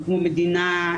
כמו מדינה,